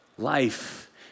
Life